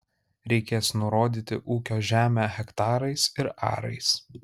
reikės nurodyti ūkio žemę hektarais ir arais